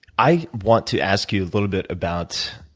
i want to ask you a little bit about